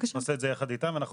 אנחנו נעשה את זה יחד איתם ואנחנו